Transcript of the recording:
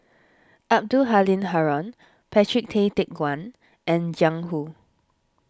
Abdul Halim Haron Patrick Tay Teck Guan and Jiang Hu